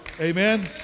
Amen